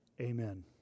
amen